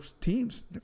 teams